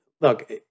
look